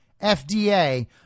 FDA